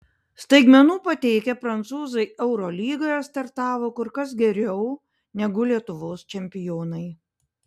staigmenų pateikę prancūzai eurolygoje startavo kur kas geriau negu lietuvos čempionai